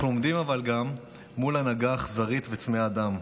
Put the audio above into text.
אבל אנחנו עומדים גם מול הנהגה אכזרית וצמאת דם.